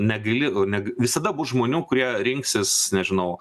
negili o neg visada bus žmonių kurie rinksis nežinau